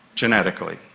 genetically,